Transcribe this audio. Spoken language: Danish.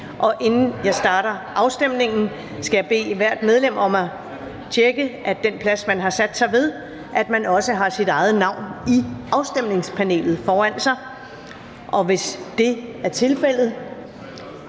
Inden jeg starter afstemningen, skal jeg bede hvert medlem om at tjekke, at man også har sit eget navn i afstemningspanelet foran sig ved den plads,